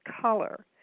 color